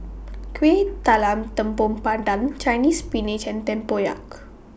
Kueh Talam Tepong Pandan Chinese Spinach and Tempoyak